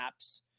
apps